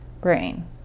brain